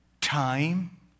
time